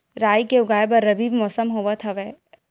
राई के उगाए बर रबी मौसम होवत हवय?